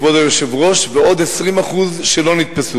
כבוד היושב-ראש, ועוד 20% לא נתפסו.